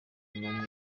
w’urwego